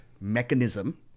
mechanism